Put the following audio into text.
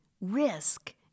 Risk